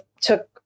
took